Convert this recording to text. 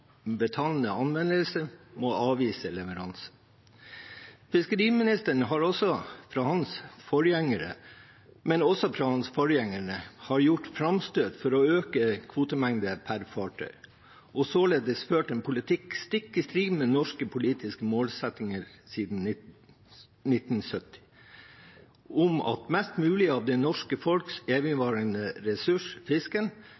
betalende anvendelse, må avvise leveranse. Fiskeriministeren, og også hans forgjengere, har gjort framstøt for å øke kvotemengde per fartøy, og således ført en politikk stikk i strid med norske politiske målsettinger siden 1970, om at mest mulig av det norske folks